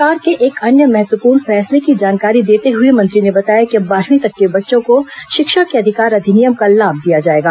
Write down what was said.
सरकार के एक अन्य महत्वपूर्ण फैसले की जानकारी देते हुए मंत्री ने बताया कि अब बारहवीं तक के बच्चों को शिक्षा के अधिकार अधिनियम का लाभ दिया जाएगा